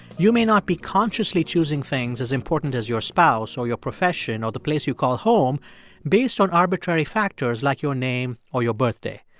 you may not be consciously choosing things as important as your spouse or your profession or the place you call home based on arbitrary factors like your name or your birthday.